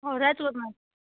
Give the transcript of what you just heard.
હોવ રાજકોટમાં જ